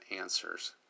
answers